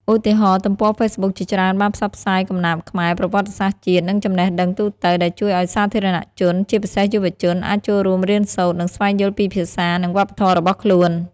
ឧទាហរណ៍ ទំព័រហ្វេសប៊ុកជាច្រើនបានផ្សព្វផ្សាយកំណាព្យខ្មែរ ប្រវត្តិសាស្ត្រជាតិ និងចំណេះដឹងទូទៅ ដែលជួយឱ្យសាធារណជន ជាពិសេសយុវជន អាចចូលរួមរៀនសូត្រ និងស្វែងយល់ពីភាសា និងវប្បធម៌របស់ខ្លួន។